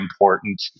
important